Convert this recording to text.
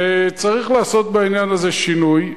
וצריך לעשות בעניין הזה שינוי,